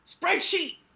spreadsheet